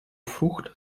frucht